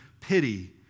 pity